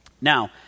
Now